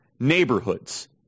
neighborhoods